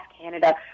Canada